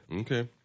Okay